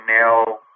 now